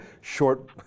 short